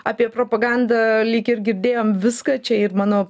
apie propagandą lyg ir girdėjom viską čia ir mano